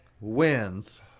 wins